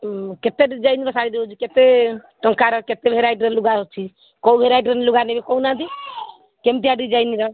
ହଁ କେତେ ଡ଼ିଜାଇନର୍ ଶାଢ଼ୀ ଦେଉଛି କେତେ ଟଙ୍କାର କେତେ ଭେରାଇଟ୍ର ଲୁଗା ଅଛି କେଉଁ ଭେରାଇଟିର ଲୁଗା ନେବେ କହୁନାହାନ୍ତି କେମିତିଆ ଡ଼ିଜାଇନର୍